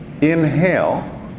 inhale